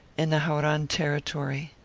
in the hauran territory.